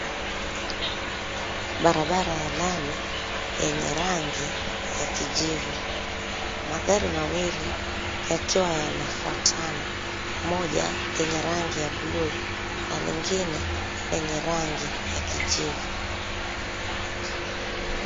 Barabara ya lami yenye rangi ya kijivu. Magari mawili yakiwa yanafuatana, moja yenye rangi ya buluu na lingine lenye rangi ya kijivu.